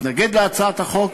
מתנגד להצעת החוק,